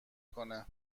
کنه